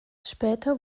später